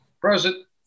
Present